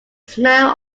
smell